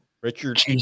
Richard